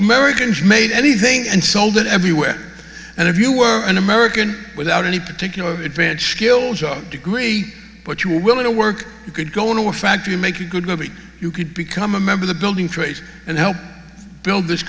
americans made anything and sold it everywhere and if you were an american without any particular advantage skills or degree but you were willing to work you could go into a factory make you good nobody you could become a member the building trades and help build this